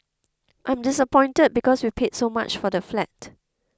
I'm disappointed because we paid so much for the flat